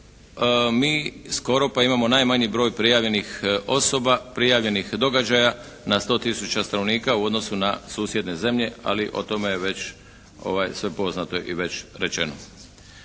mi skoro pa imamo najmanji broj prijavljenih osoba, prijavljenih događaja na 100 tisuća stanovnika u odnosu na susjedne zemlje, ali o tome je već sve poznato i već rečeno.